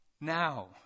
now